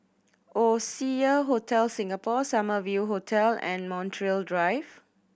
Oasia Hotel Singapore Summer View Hotel and Montreal Drive